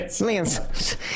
Lance